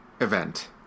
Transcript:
event